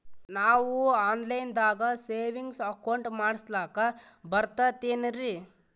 ನಾವು online ದಾಗ savings account ಮಾಡಸ್ಲಾಕ ಬರ್ತದೇನ್ರಿ?